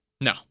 No